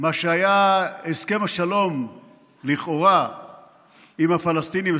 מה שהיה הסכם השלום לכאורה עם הפלסטינים,